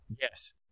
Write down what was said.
Yes